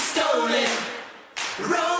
Stolen